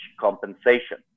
compensation